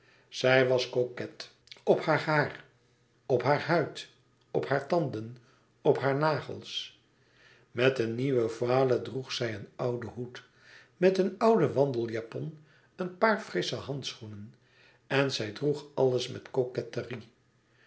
zij was coquet op haar haar op haar huid op haar tanden op haar nagels met een nieuwe voile droeg zij een ouden hoed met een ouden wandeljapon een paar frissche handschoenen en zij droeg alles met